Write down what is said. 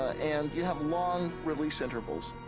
and you have long release intervals